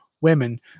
women